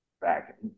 back